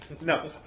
No